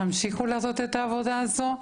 תמשיכו לעשות את העבודה הזאת,